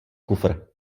kufr